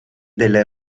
delle